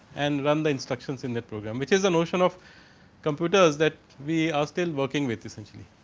and run the instructions in that program, which is the notion of computers, that we are still working with essentially.